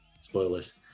Spoilers